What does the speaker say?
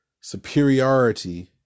superiority